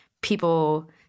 people